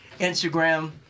Instagram